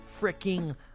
freaking